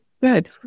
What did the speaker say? good